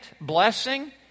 blessing